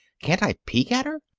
can't i peek at her?